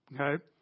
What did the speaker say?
okay